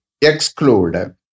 exclude